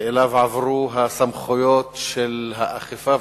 שאליו עברו הסמכויות של האכיפה,